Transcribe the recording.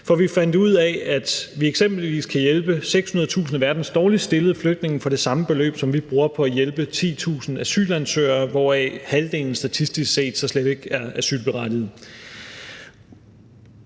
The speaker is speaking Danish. For vi fandt ud af, at vi eksempelvis kan hjælpe 600.000 af verdens dårligst stillede flygtninge for det samme beløb, som vi bruger på at hjælpe 10.000 asylansøgere, hvoraf halvdelen så statistisk set slet ikke er asylberettigede.